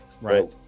Right